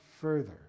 further